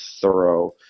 thorough